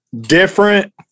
different